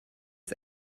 ist